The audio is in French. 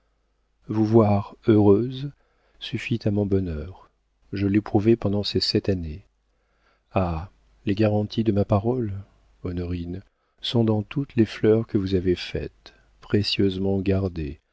vous voir heureuse suffit à mon bonheur je l'ai prouvé pendant ces sept années ah les garanties de ma parole honorine sont dans toutes les fleurs que vous avez faites précieusement gardées